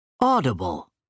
Audible